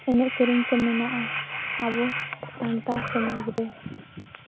ᱮᱱᱮᱡᱼᱥᱮᱨᱮᱧᱠᱚ ᱢᱮᱱᱟᱜᱼᱟ ᱟᱵᱚ ᱥᱟᱱᱛᱟᱲ ᱥᱚᱢᱟᱡᱽᱨᱮ